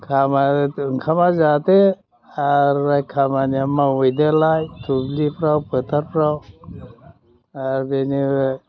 ओंखामा जादो आरो खामानिया मावहैदोलाय दुब्लिफ्राव फोथारफ्राव आरो बेनिफ्राय